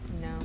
No